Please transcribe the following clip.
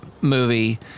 movie